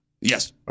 Yes